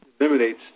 eliminates